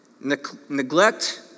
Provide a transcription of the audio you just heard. Neglect